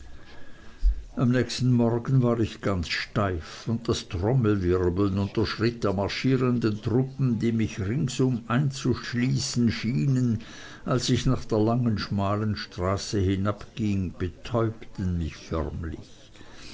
am nächsten morgen war ich ganz steif und das trommelwirbeln und der schritt der marschierenden truppen die mich ringsum einzuschließen schienen als ich nach der langen schmalen straße hinabging betäubten mich förmlich